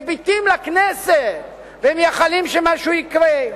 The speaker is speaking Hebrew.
מביטים לכנסת ומייחלים שמשהו יקרה.